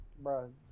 bro